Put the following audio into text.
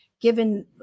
given